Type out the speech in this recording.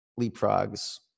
leapfrogs